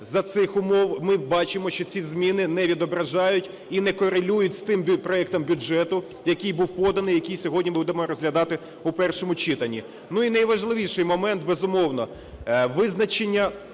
За цих умов ми бачимо, що ці зміни не відображають і не корелюють з тим проектом бюджету, який був поданий, який сьогодні будемо розглядати у першому читанні. Ну, і найважливіший момент, безумовно – визначення